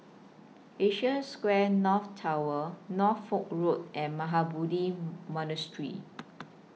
Asia Square North Tower Norfolk Road and Mahabodhi Monastery